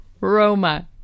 roma